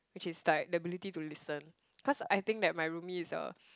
which is like the ability to listen cause I think that my roomie is a